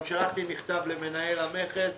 גם שלחתי מכתב למנהל המכס.